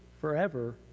forever